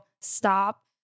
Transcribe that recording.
stop